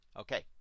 Okay